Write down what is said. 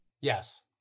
Yes